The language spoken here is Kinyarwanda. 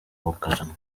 bugarama